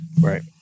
Right